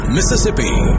Mississippi